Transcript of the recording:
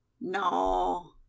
No